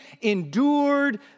endured